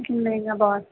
जी महंगा बहुत